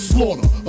Slaughter